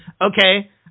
okay